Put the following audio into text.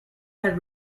had